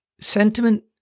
sentiment